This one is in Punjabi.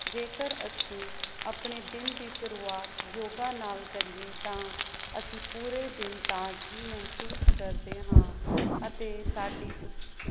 ਜੇਕਰ ਅਸੀਂ ਆਪਣੇ ਦਿਨ ਦੀ ਸ਼ੁਰੂਆਤ ਯੋਗਾ ਨਾਲ ਕਰੀਏ ਤਾਂ ਅਸੀਂ ਪੂਰੇ ਦਿਨ ਤਾਜ਼ਗੀ ਮਹਿਸੂਸ ਕਰਦੇ ਹਾਂ ਅਤੇ ਸਾਡੀ ਉਤ